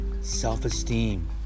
Self-esteem